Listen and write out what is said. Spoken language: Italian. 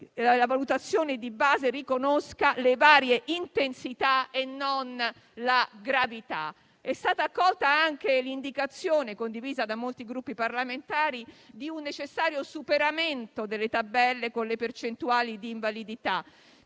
la valutazione di base riconosca le varie intensità e non la gravità. È stata accolta anche l'indicazione, condivisa da molti Gruppi parlamentari, di un necessario superamento delle tabelle con le percentuali di invalidità,